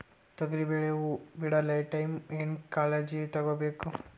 ತೊಗರಿಬೇಳೆ ಹೊವ ಬಿಡ ಟೈಮ್ ಏನ ಕಾಳಜಿ ತಗೋಬೇಕು?